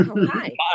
Hi